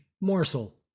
morsel